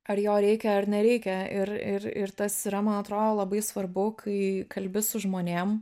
ar jo reikia ar nereikia ir ir ir tas yra man atrodo labai svarbu kai kalbi su žmonėm